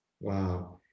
wow